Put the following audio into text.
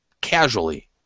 casually